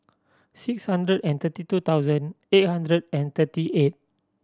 six hundred and thirty two thousand eight hundred and thirty eight